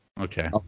Okay